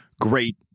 great